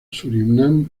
surinam